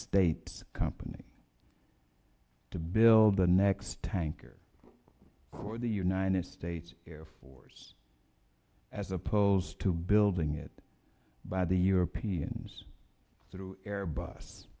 states company to build the next tanker for the united states air force as opposed to building it by the europeans through airbus